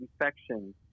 infection